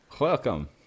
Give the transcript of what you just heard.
Welcome